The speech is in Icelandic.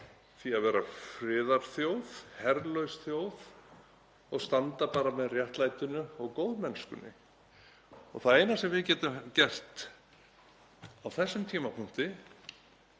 því að vera friðarþjóð, herlaus þjóð og standa bara með réttlætinu og góðmennskunni. Það eina sem við getum gert á þessum tímapunkti